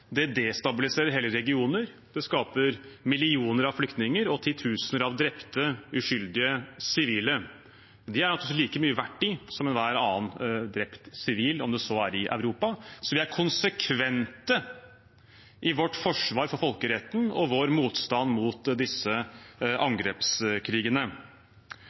destabiliserer hele regioner. Det skaper millioner av flyktninger og titusener av drepte, uskyldige sivile. De er naturligvis like mye verd som enhver annen drept sivil, om det så er i Europa. Vi er konsekvente i vårt forsvar for folkeretten og vår motstand mot disse